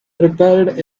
prepared